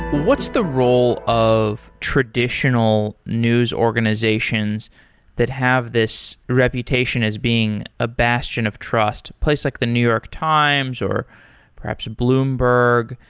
what's the role of traditional news organizations that have this reputation as being a bastion of trust, place like the new york times, or perhaps bloomberg,